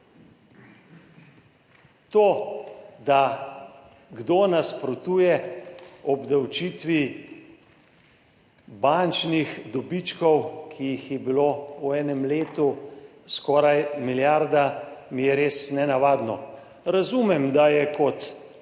To, da kdo nasprotuje obdavčitvi bančnih dobičkov, ki jih je bilo v enem letu skoraj milijarda, mi je res nenavadno. Razumem, da je kot